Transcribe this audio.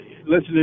listening